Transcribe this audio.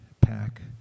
pack